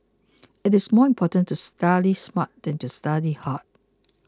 it is more important to study smart than to study hard